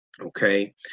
okay